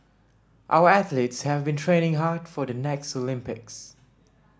our athletes have been training hard for the next Olympics